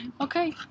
Okay